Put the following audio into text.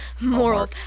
morals